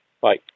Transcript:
Bye